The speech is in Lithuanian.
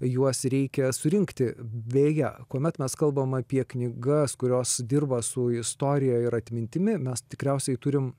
juos reikia surinkti beje kuomet mes kalbam apie knygas kurios dirba su istorija ir atmintimi mes tikriausiai turim